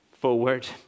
forward